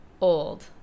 Old